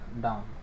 down